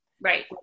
Right